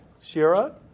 Shira